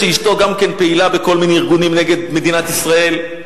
שאשתו גם פעילה בכל מיני ארגונים נגד מדינת ישראל,